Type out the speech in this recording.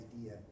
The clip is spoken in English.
idea